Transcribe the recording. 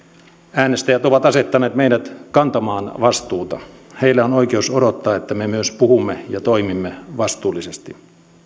äänestäjät ovat asettaneet meidät kantamaan vastuuta heillä on oikeus odottaa että me myös puhumme ja toimimme vastuullisesti